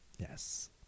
Yes